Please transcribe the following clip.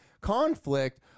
conflict